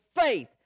faith